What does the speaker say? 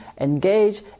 engage